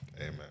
Amen